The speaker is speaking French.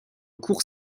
court